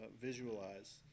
visualize